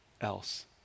else